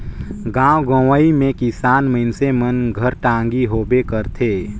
गाँव गंवई मे किसान मइनसे मन घर टागी होबे करथे